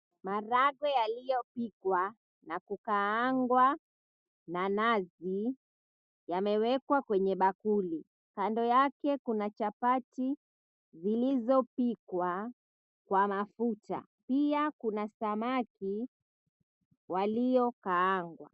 Maharagwe yaliyopikwa na kukaangwa na nazi yamewekwa kwenye bakuli. Kando yake kuna chapati zilizopikwa kwa mafuta, pia kuna samaki waliokaangwa.